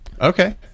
Okay